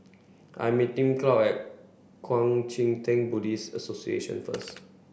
I'm meeting Claude at Kuang Chee Tng Buddhist Association first